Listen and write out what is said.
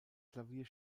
klavier